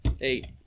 eight